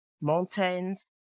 mountains